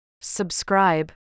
Subscribe